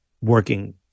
working